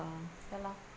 okay lah